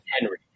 Henry